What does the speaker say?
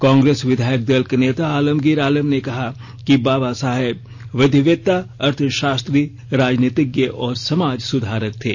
कांग्रेस विधायक दल के नेता आलमगीर आलम ने कहा कि बाबा साहब विधिवेत्ता अर्थशास्त्री राजनीतिज्ञ और समाज सुधारक थे